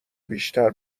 بیشتر